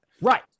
Right